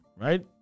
right